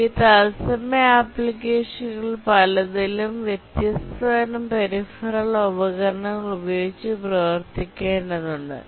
ഈ തത്സമയ ആപ്ലിക്കേഷനുകളിൽ പലതിലും വ്യത്യസ്ത തരം പെരിഫറൽ ഉപകരണങ്ങൾ ഉപയോഗിച്ച് പ്രവർത്തിക്കേണ്ടതുണ്ട്